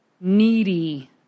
needy